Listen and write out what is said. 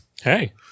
Hey